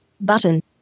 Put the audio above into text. Button